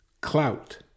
clout